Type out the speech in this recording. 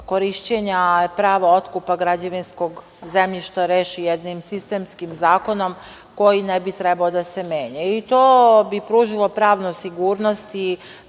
korišćenja prava otkupa građevinskog zemljišta reši jednim sistemskim zakonom koji ne bi trebao da se menja. To bi pružilo pravnu sigurnost